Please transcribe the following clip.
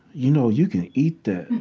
you know, you could eat that.